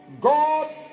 God